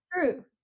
true